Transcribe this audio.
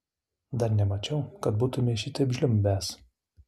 dar nemačiau kad būtumei šitaip žliumbęs